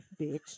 Bitch